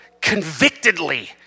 convictedly